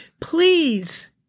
Please